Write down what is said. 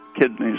kidneys